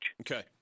Okay